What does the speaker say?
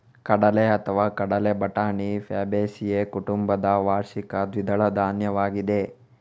ಕಡಲೆಅಥವಾ ಕಡಲೆ ಬಟಾಣಿ ಫ್ಯಾಬೇಸಿಯೇ ಕುಟುಂಬದ ವಾರ್ಷಿಕ ದ್ವಿದಳ ಧಾನ್ಯವಾಗಿದೆ